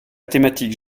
thématique